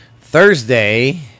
Thursday